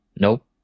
Nope